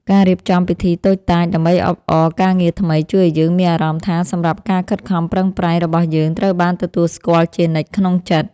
ការរៀបចំពិធីតូចតាចដើម្បីអបអរការងារថ្មីជួយឱ្យយើងមានអារម្មណ៍ថាសម្រាប់ការខិតខំប្រឹងប្រែងរបស់យើងត្រូវបានទទួលស្គាល់ជានិច្ចក្នុងចិត្ត។